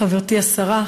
חברתי השרה,